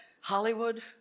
Hollywood